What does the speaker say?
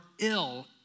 ill